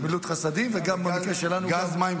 גמילות חסדים וגם, במקרה שלנו, גז, מים,